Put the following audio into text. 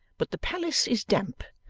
but the palace is damp,